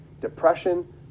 depression